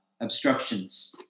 obstructions